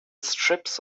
strips